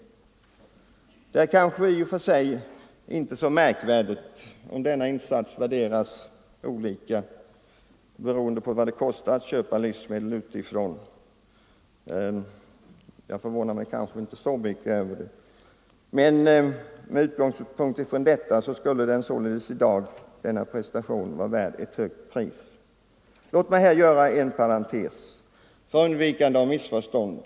Det är kanske i och för sig inte så märkvärdigt om denna insats värderas olika, beroende på vad det kostar att köpa livsmedel utifrån, men i dag skulle således denna prestation vara värd ett högt pris. Låt mig här göra en parentes för undvikande av missförstånd.